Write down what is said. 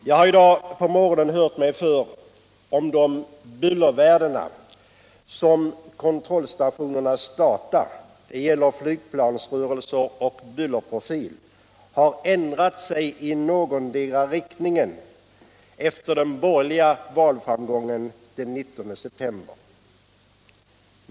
Jag har i dag på morgonen hört mig för om de bullervärden avseende flygplansrörelser och bullerprofil som registreras av kontrollstationerna har ändrat sig i någondera riktningen efter den borgerliga valframgången den 19 september.